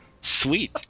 sweet